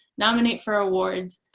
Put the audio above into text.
nominate for awards,